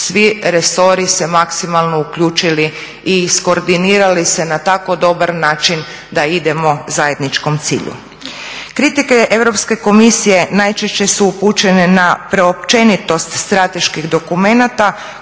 svi resori se maksimalno uključili i izkoordinirali se na tako dobar način da idemo zajedničkom cilju. Kritike Europske komisije najčešće su upućene na preopćenitost strateških dokumenta